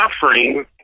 suffering